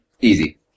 Easy